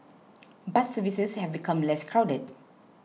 bus services have become less crowded